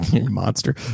monster